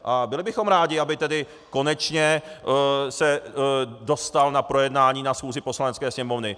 A byli bychom rádi, aby konečně se dostal na projednání na schůzi Poslanecké sněmovny.